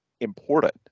important